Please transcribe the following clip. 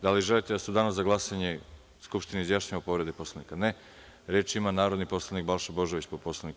Da li želite da se u danu za glasanje Skupština izjašnjava o povredi Poslovnika? (Ne) Reč ima narodni poslanik Balša Božović, po Poslovniku.